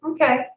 Okay